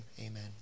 amen